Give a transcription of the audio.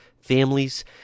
families